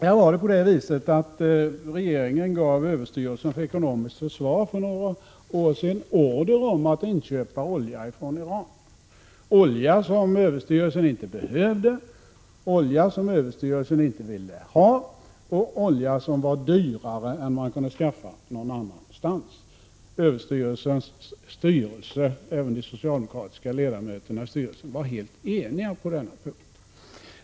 För några år sedan gav regeringen överstyrelsen för ekonomiskt försvar order att inköpa olja från Iran. Det var olja som överstyrelsen inte behövde, och det var olja som överstyrelsen inte ville ha. Oljan var dessutom dyrare än man kunde skaffa någon annanstans. Överstyrelsens styrelse, även de socialdemokratiska ledamöterna i styrelsen, var helt eniga på den punkten.